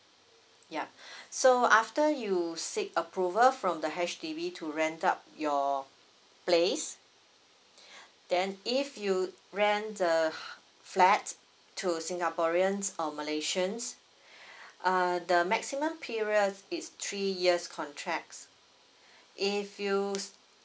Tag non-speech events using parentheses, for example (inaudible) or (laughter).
ya (breath) so after you seek approval from the H_D_B to rent out your place (breath) then if you rent the flat to singaporeans or malaysians (breath) uh the maximum periods it's three years contracts (breath) if you